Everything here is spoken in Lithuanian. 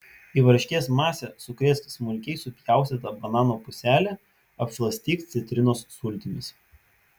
į varškės masę sukrėsk smulkiai supjaustytą banano puselę apšlakstyk citrinos sultimis